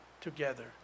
together